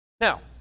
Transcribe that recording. Now